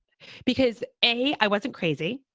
because, a, i wasn't crazy.